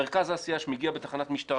מרכז העשייה בתחנת משטרה,